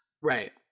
Right